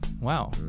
Wow